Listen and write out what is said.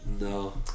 No